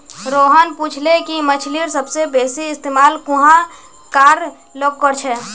रोहन पूछले कि मछ्लीर सबसे बेसि इस्तमाल कुहाँ कार लोग कर छे